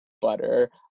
butter